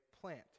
plant